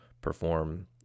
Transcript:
perform